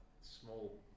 small